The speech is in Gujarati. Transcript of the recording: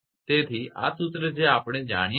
તેથી આ સૂત્ર જે આપણે જાણીએ છીએ